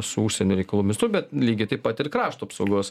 su užsienio reikalų mistu bet lygiai taip pat ir krašto apsaugos